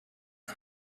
its